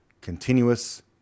continuous